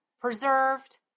preserved